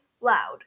loud